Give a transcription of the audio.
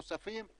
נוספים,